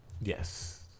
Yes